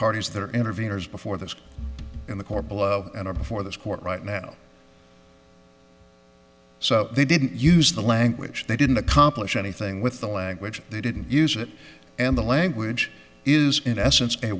parties that are interveners before those in the core below and are before this court right now so they didn't use the language they didn't accomplish anything with the language they didn't use it and the language is in essence